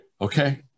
Okay